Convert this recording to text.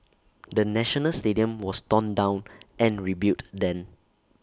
the national stadium was torn down and rebuilt then